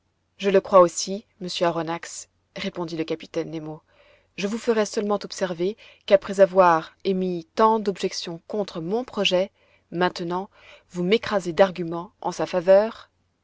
je le crois aussi monsieur aronnax répondit le capitaine nemo je vous ferai seulement observer qu'après avoir émis tant d'objections contre mon projet maintenant vous m'écrasez d'arguments en sa faveur